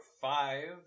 five